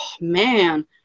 man